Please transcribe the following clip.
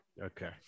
Okay